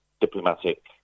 diplomatic